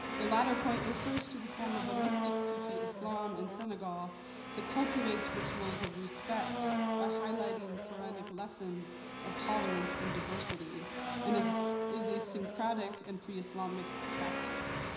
the latter point refers to the form of a mystic sufi islam in senegal that cultivates rituals of respect by highlighting koranic lessons of tolerance and diversity and is is a synchratic and pre-islamic practice.